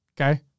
Okay